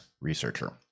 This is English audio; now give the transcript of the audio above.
researcher